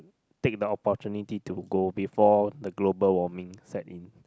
take about the opportunity to go before the global warming set in